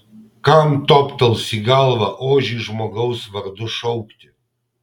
kam toptels į galvą ožį žmogaus vardu šaukti